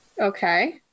Okay